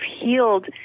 healed